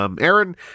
Aaron